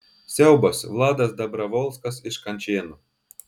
siaubas vladas dabrovolskas iš kančėnų